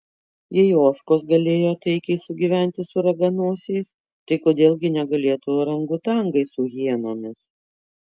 jei ožkos galėjo taikiai sugyventi su raganosiais tai kodėl gi negalėtų orangutangai su hienomis